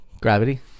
Gravity